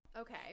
Okay